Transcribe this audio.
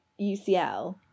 UCL